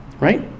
Right